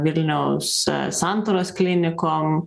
vilniaus santaros klinikom